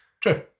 True